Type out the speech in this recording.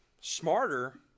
smarter